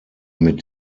mit